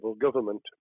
government